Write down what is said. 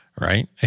right